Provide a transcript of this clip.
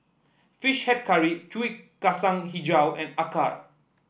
fish head curry Kuih Kacang hijau and Acar